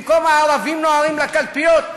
במקום "הערבים נוהרים לקלפיות",